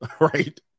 Right